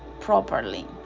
properly